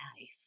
life